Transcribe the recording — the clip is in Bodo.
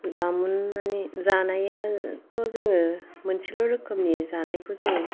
जामुन माने जानायाथ' जोङो मोनसेल' रोखोमनि जानायखौ जों